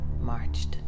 marched